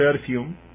perfume